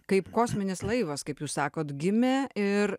kaip kosminis laivas kaip jūs sakot gimė ir